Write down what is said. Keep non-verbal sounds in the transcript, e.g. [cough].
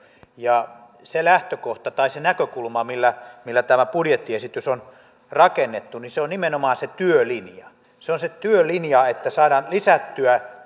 se lähtökohta tai se näkökulma millä millä tämä budjettiesitys on rakennettu on nimenomaan se työlinja se on se työlinja että saadaan lisättyä [unintelligible]